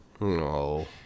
No